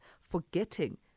forgetting